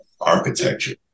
architecture